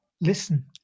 listen